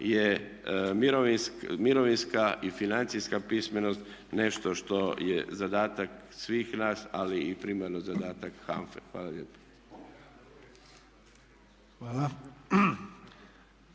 je mirovinska i financijska pismenost nešto što je zadatak svih nas ali i primarno zadatak HANFA-e. Hvala lijepo. **Sanader, Ante (HDZ)** Hvala.